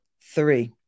three